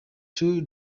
tour